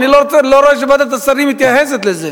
לא ראיתי שוועדת השרים מתייחסת לזה.